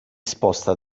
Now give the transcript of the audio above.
sposta